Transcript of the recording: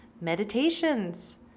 meditations